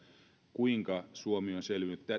kuinka suomi